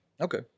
Okay